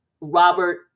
Robert